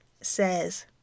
says